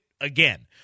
again